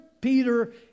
Peter